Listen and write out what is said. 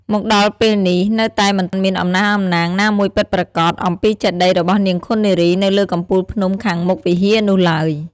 មកដល់ពេលនេះនៅតែមិនមានអំណះអំណាងណាមួយពិតប្រាកដ អំពីចេតិយរបស់នាងឃុននារីនៅលើកំពូលភ្នំខាងមុខវិហារនោះឡើយ។